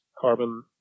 carbon